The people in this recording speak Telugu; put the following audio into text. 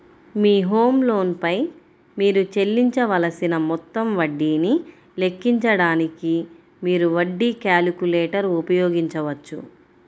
మీ హోమ్ లోన్ పై మీరు చెల్లించవలసిన మొత్తం వడ్డీని లెక్కించడానికి, మీరు వడ్డీ క్యాలిక్యులేటర్ ఉపయోగించవచ్చు